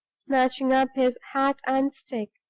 snatching up his hat and stick.